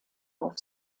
auf